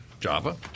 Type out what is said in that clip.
Java